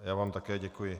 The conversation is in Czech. Já vám také děkuji.